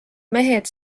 mehed